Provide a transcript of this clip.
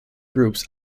groups